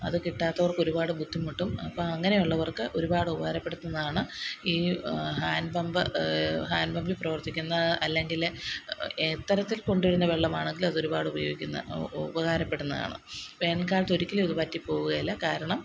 അത് കിട്ടാത്തവര്ക്ക് ഒരുപാട് ബുദ്ധിമുട്ടും അപ്പം അങ്ങനെ ഉള്ളവര്ക്ക് ഒരുപാട് ഉപകാരപ്പെടുത്തുന്നതാണ് ഈ ഹാന് പമ്പ് ഹാന് പമ്പിൽ പ്രവര്ത്തിക്കുന്ന അല്ലെങ്കിൽ എത്തരത്തില് കൊണ്ട് വരുന്ന വെള്ളമാണെങ്കിലും അതൊരുപാട് ഉപയോഗിക്കുന്ന ഒ ഉ ഉപകാരപ്പെടുന്നതാണ് വേനല്ക്കാലത്ത് ഒരിക്കലും ഇത് വറ്റി പോവ്വേല കാരണം